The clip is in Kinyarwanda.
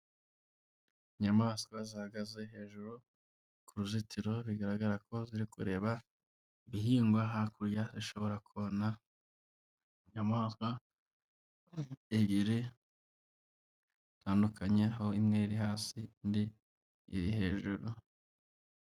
Inyamaswa zihagaze hejuru ku ruzitiro, bigaragara ko ziri kureba ibihingwa hakurya zishobora kona. Inyamaswa ebyiri zitandukanye, aho imwe iri hasi, indi iri hejuru.